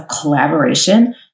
collaboration